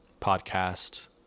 podcast